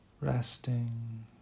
Resting